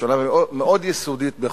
שאלה יסודית מאוד,